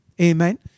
Amen